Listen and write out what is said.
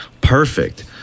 perfect